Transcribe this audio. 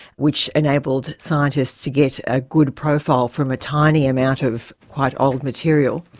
which enabled scientists to get a good profile from a tiny amount of quite old material.